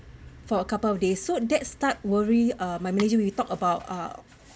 for a couple of days so that start worry uh my manager we talk about uh